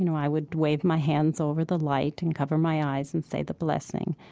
you know i would wave my hands over the light and cover my eyes and say the blessing.